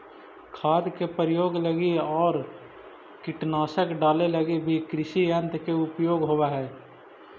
खाद के प्रयोग लगी आउ कीटनाशक डाले लगी भी कृषियन्त्र के उपयोग होवऽ हई